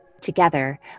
together